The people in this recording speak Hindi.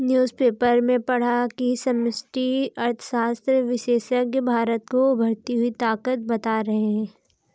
न्यूज़पेपर में पढ़ा की समष्टि अर्थशास्त्र विशेषज्ञ भारत को उभरती हुई ताकत बता रहे हैं